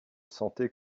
sentais